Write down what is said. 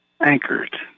anchored